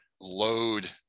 load